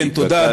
התבקשת,